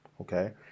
Okay